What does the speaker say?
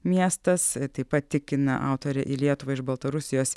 miestas taip pat tikina autorė į lietuvą iš baltarusijos